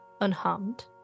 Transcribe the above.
unharmed